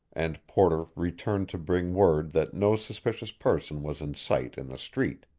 and porter returned to bring word that no suspicious person was in sight in the street.